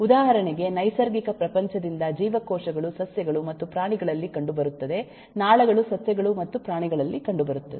ಉದಾಹರಣೆಗೆ ನೈಸರ್ಗಿಕ ಪ್ರಪಂಚದಿಂದ ಜೀವಕೋಶಗಳು ಸಸ್ಯಗಳು ಮತ್ತು ಪ್ರಾಣಿಗಳಲ್ಲಿ ಕಂಡುಬರುತ್ತದೆ ನಾಳಗಳು ಸಸ್ಯಗಳು ಮತ್ತು ಪ್ರಾಣಿಗಳಲ್ಲಿ ಕಂಡುಬರುತ್ತವೆ